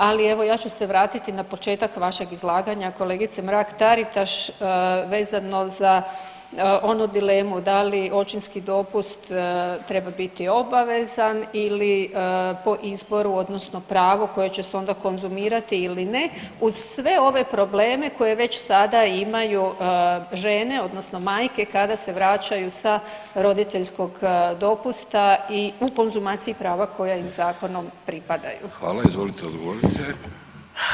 Ali, evo, ja ću se vratiti na početak vašeg izlaganja kolegice Mrak Taritaš vezano za onu dilemu da li očinski dopust treba biti obavezan ili po izboru odnosno pravo koje će se onda konzumirati ili ne uz sve ove probleme koje već sada imaju žene odnosno majke kada se vraćaju sa roditeljskog dopusta i u konzumaciji prava koja im zakonom pripadaju.